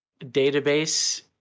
database